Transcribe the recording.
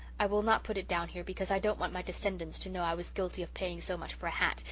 i will not put it down here because i don't want my descendants to know i was guilty of paying so much for a hat,